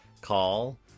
call